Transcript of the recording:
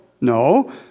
no